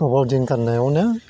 गोबाव दिन गान्नायावनो